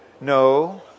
No